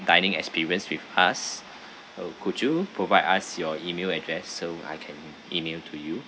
dining experience with us or could you provide us your email address so I can email to you